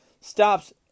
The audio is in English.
stops